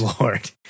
Lord